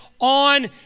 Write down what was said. on